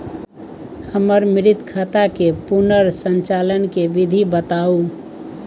हमर मृत खाता के पुनर संचालन के विधी बताउ?